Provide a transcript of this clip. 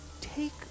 take